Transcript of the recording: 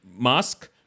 mask